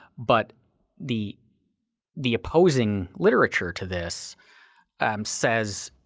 but the the opposing literature to this um says,